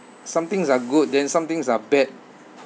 some things are good then some things are bad